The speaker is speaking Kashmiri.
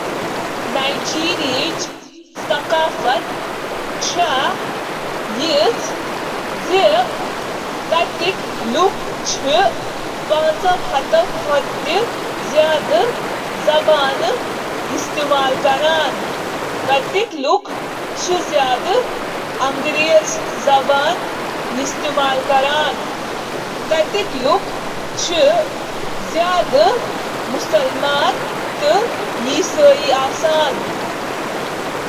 نائیجیریاہچ ثقافت چِھ متنوع تہٕ امیر ، واریاہ نسلی گروپن، زبانن تہٕ روایتن سۭتۍ: نسلی گروپ: نائیجیریاہس منٛز چِھ 250 کھوتہٕ زیادٕ نسلی گروپ، بشمول Hausa Fulani, Igbo, Yoruba, Edo, Ibibio Anang Efik, تہٕ اجاو۔ زبانہٕ: نائیجیریاہس منٛز چھِ 50 کھۄتہٕ زِیٛادٕ زبانہٕ، کھیٚن، فیشن ، خاندان، کھیل تہٕ باقی شٲمل۔